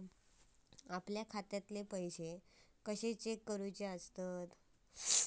आपल्या खात्यातले पैसे कशे चेक करुचे?